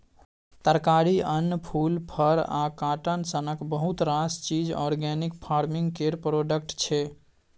तरकारी, अन्न, फुल, फर आ काँटन सनक बहुत रास चीज आर्गेनिक फार्मिंग केर प्रोडक्ट छै